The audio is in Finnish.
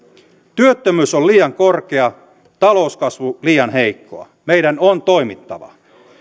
työttömyys on liian korkea talouskasvu liian heikkoa meidän on toimittava